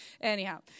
Anyhow